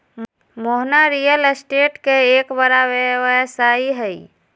Mohana real estate के एक बड़ा व्यवसायी हई